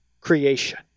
creation